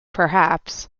perhaps